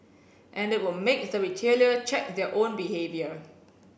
and it will make the retailer check their own behavior